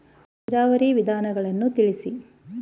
ನೀರಾವರಿಯ ವಿಧಾನಗಳನ್ನು ತಿಳಿಸಿ?